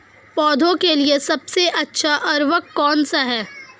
पौधों के लिए सबसे अच्छा उर्वरक कौनसा हैं?